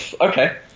Okay